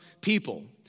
people